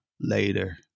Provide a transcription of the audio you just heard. later